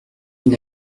une